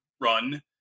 run